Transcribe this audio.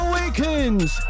Awakens